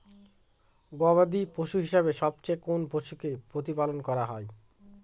গবাদী পশু হিসেবে সবচেয়ে কোন পশুকে প্রতিপালন করা হয়?